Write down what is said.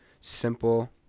simple